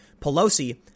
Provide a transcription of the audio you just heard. Pelosi